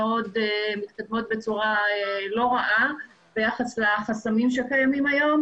בצורה לא רעה ביחס לחסמים שקיימים היום.